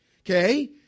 okay